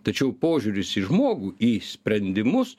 tačiau požiūris į žmogų į sprendimus